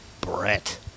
Brett